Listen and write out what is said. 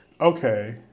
Okay